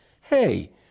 hey